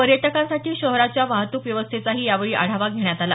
पर्यटकांसाठी शहरातच्या वाहतूक व्यवस्थेचाही यावेळी आढावा घेण्यात आला